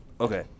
Okay